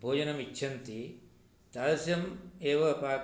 भोजनम् इच्छन्ति तादृशम् एव पा